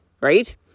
Right